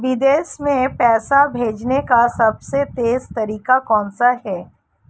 विदेश में पैसा भेजने का सबसे तेज़ तरीका कौनसा है?